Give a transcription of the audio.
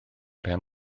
pen